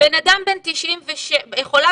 חולה